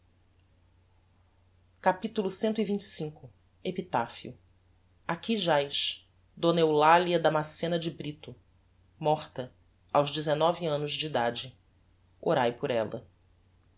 epitaphio capitulo cxxv epitaphio aqui jaz d eulalia damascena de brito morta aos dezenove annos de idade orai por ella